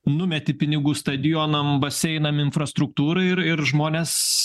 numeti pinigų stadionam baseinam infrastruktūrai ir ir žmonės